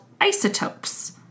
isotopes